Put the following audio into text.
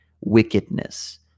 wickedness